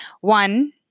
One